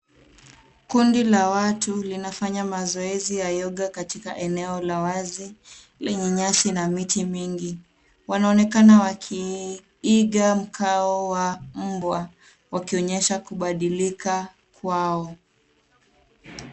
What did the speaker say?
Kundi la watu, linafanya mazoezi ya yoga katika eneo la wazi, lenye nyasi na miti mingi, linaonekana wakiiga mkao wa mbwa wakionyesha kubadilika kwao.